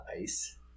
ice